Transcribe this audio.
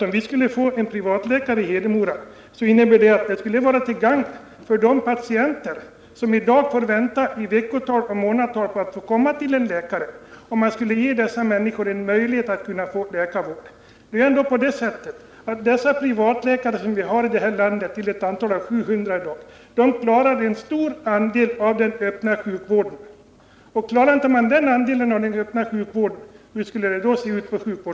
Om vi skulle få en privatläkare i Hedemora, blev det till gagn för de patienter som i dag får vänta i veckor och månader för att få komma till en läkare. De 700 privatläkare som vi i dag har i detta land gör en viktig insats i den öppna sjukvården. Hur skulle det se ut på sjukvårdsområdet, om privatläkarna inte klarade sin del?